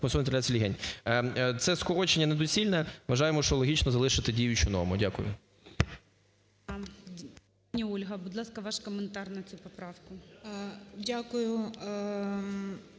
Це скорочення недоцільне. Вважаємо, що логічно залишити діючу норму. Дякую.